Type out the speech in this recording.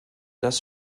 das